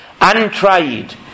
untried